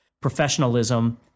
professionalism